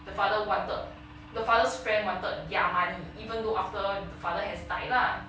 the father wanted the father's friend wanted their money even though after the father has died lah